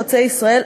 חוצה-ישראל,